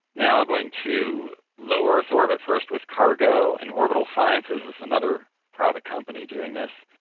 now going to low earth orbit first with cargo, and orbital sciences is another private company doing this.